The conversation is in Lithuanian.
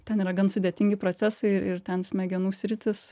ten yra gan sudėtingi procesai ir ten smegenų sritys